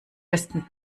westen